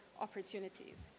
opportunities